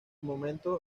momento